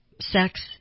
sex